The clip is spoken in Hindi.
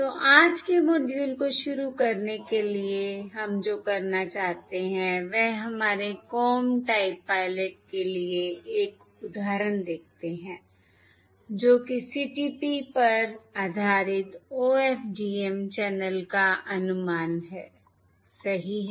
तो आज के मॉड्यूल को शुरू करने के लिए हम जो करना चाहते हैं वह हमारे कॉम टाइप पायलट के लिए एक उदाहरण देखते हैं जो कि CTP पर आधारित OFDM चैनल का अनुमान है सही है